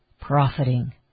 profiting